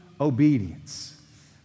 obedience